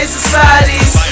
societies